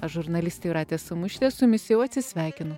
aš žurnalistė jūratė samušytė su jumis jau atsisveikinu